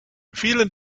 vielen